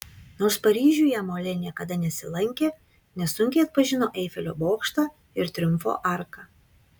nors paryžiuje molė niekada nesilankė nesunkiai atpažino eifelio bokštą ir triumfo arką